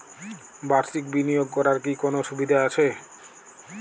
বাষির্ক বিনিয়োগ করার কি কোনো সুবিধা আছে?